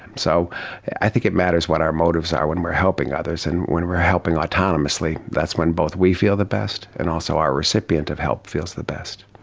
so i think it matters what our motives are when we are helping others and when we are helping autonomously, that's when both we feel the best and also our recipient of help feels the best.